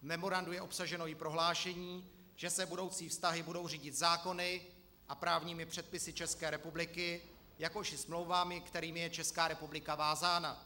V memorandu je obsaženo i prohlášení, že se budoucí vztahy budou řídit zákony a právními předpisy České republiky, jakož i smlouvami, kterými je Česká republika vázána.